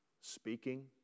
speaking